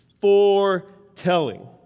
Foretelling